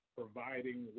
providing